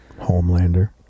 Homelander